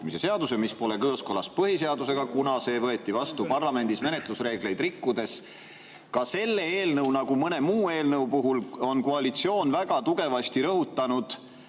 mis pole kooskõlas põhiseadusega, kuna see võeti parlamendis vastu menetlusreegleid rikkudes. Selle eelnõu ja ka mõne muu eelnõu puhul on koalitsioon väga tugevasti rõhutanud,